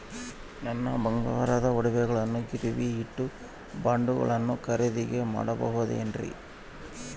ನನ್ನ ಬಂಗಾರದ ಒಡವೆಗಳನ್ನ ಗಿರಿವಿಗೆ ಇಟ್ಟು ಬಾಂಡುಗಳನ್ನ ಖರೇದಿ ಮಾಡಬಹುದೇನ್ರಿ?